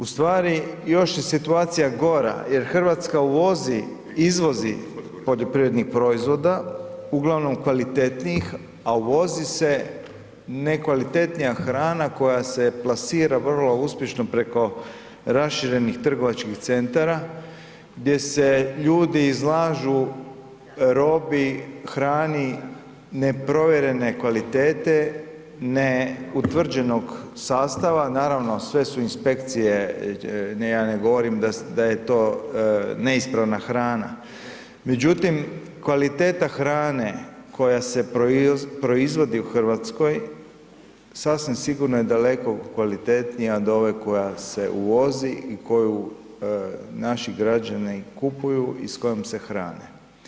U stvari još je situacija gora jer Hrvatska uvozi, izvozi poljoprivrednih proizvoda uglavnom kvalitetnijih, a uvozi se nekvalitetnija hrana koja se plasira vrlo uspješno preko raširenih trgovačkih centara gdje se ljudi izlažu robi, hrani neprovjerene kvalitete, neutvrđenog sastava, naravno sve su inspekcije, ja ne govorim da je to neispravna hrana, međutim, kvaliteta hrane koja se proizvodi u Hrvatskoj sasvim sigurno je daleko kvalitetnija od ove koja se uvozi i koju naši građani kupuju i s kojom se hrane.